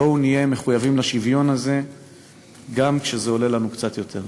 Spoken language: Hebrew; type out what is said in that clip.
בואו נהיה מחויבים לשוויון הזה גם כשזה עולה לנו קצת יותר.